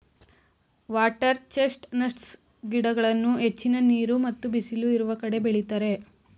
water chest nuts ಗಿಡಗಳನ್ನು ಹೆಚ್ಚಿನ ನೀರು ಮತ್ತು ಬಿಸಿಲು ಇರುವ ಕಡೆ ಬೆಳಿತರೆ